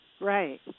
Right